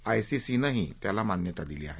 आयसीसीनंही त्याला मान्यता दिली आहे